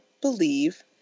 believe